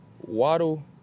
Waddle